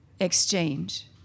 exchange